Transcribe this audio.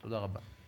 תודה רבה.